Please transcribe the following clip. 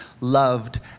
loved